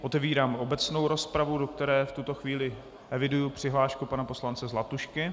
Otevírám obecnou rozpravu, do které v tuto chvíli eviduji přihlášku pana poslance Zlatušky.